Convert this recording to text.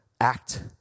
act